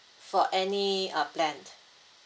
for any uh plan